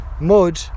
mud